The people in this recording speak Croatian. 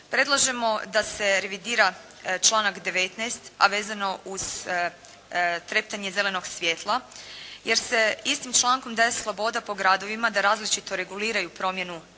Predlažemo da se revidira članak 19. a vezano uz treptanje zelenog svjetla, jer se istim člankom daje sloboda po gradovima da različito reguliraju promjenu